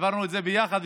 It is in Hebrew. העברנו את זה יחד,